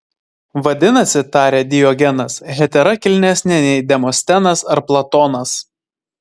vadinasi tarė diogenas hetera kilnesnė nei demostenas ar platonas